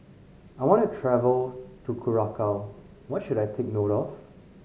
I want to travel to Curacao what should I take note of